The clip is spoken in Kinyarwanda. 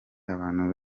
abantu